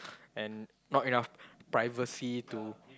and not enough privacy to